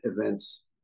events